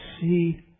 see